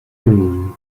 going